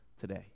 today